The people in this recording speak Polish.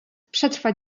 przetrwa